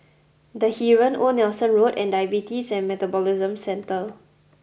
the Heeren Old Nelson Road and Diabetes and Metabolism Centre